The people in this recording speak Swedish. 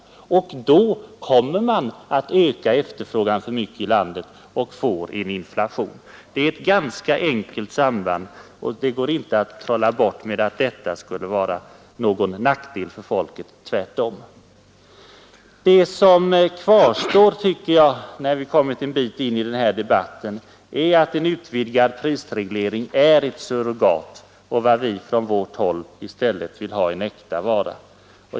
Då ökas efterfrågan för mycket i landet, kostnaderna stiger, och vi får en ökad inflation. Det är ett ganska enkelt samband att förstå. Förslaget om indexskyddade skatteskalor går inte att trolla bort med att det skulle vara någon nackdel för folket — tvärtom. Herr talman! Det som sålunda kvarstår som resultat av den här debatten är att en utvidgad prisreglering är ett surrogat. Vad vi från vårt håll i stället vill ha är äkta vara.